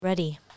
ready